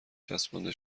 چسبانده